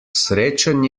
srečen